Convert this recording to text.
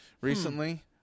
recently